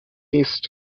east